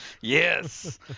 Yes